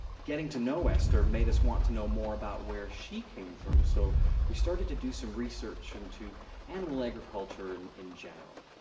getting to know esther made us want to know more about where she came from, so we started to do some research into animal agriculture and in general.